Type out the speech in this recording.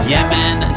Yemen